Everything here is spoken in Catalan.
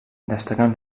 destaquen